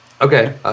Okay